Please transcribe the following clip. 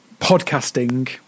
podcasting